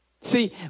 See